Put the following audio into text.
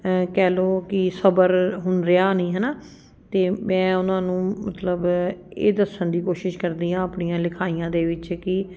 ਕਹਿ ਲਓ ਕਿ ਸਬਰ ਹੁਣ ਰਿਹਾ ਨਹੀਂ ਹੈ ਨਾ ਅਤੇ ਮੈਂ ਉਹਨਾਂ ਨੂੰ ਮਤਲਬ ਇਹ ਦੱਸਣ ਦੀ ਕੋਸ਼ਿਸ਼ ਕਰਦੀ ਹਾਂ ਆਪਣੀਆਂ ਲਿਖਾਈਆਂ ਦੇ ਵਿੱਚ ਕਿ